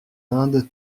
indes